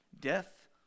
death